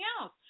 else